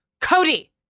Cody